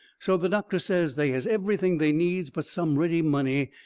so the doctor says they has everything they needs but some ready money,